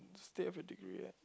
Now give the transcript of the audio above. um state of your degree right